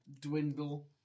dwindle